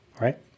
right